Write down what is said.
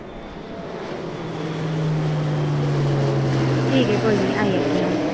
ठीक ऐ कोई निं आई जाह्गी अं'ऊ